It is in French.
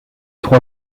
trois